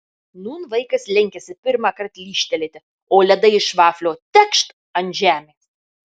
nūn vaikas lenkiasi pirmąkart lyžtelėti o ledai iš vaflio tekšt ant žemės